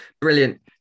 Brilliant